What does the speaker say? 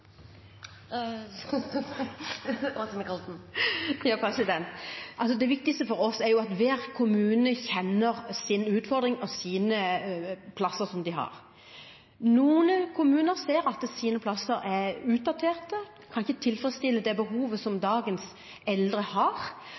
Det viktigste for oss er at hver kommune kjenner sin utfordring og de plassene de har. Noen kommuner ser at deres plasser er utdaterte og ikke tilfredsstiller de behovene dagens eldre har.